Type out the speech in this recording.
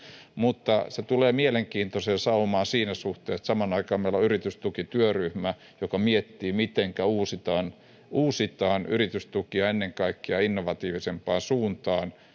mutta se tulee mielenkiintoiseen saumaan siinä suhteessa että samaan aikaan meillä on yritystukityöryhmä joka miettii mitenkä uusitaan uusitaan yritystukia ennen kaikkea innovatiivisempaan suuntaan